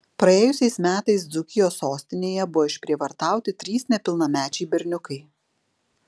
praėjusiais metais dzūkijos sostinėje buvo išprievartauti trys nepilnamečiai berniukai